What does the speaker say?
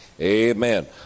amen